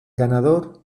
ganador